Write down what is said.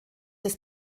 des